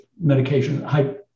medication